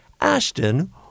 Ashton